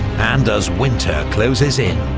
and as winter closes in,